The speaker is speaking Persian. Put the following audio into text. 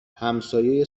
همسایه